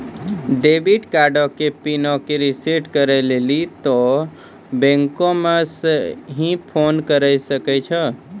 debit कार्डो के पिनो के रिसेट करै लेली तोंय बैंको मे सेहो फोन करे सकै छो